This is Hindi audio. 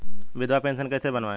विधवा पेंशन कैसे बनवायें?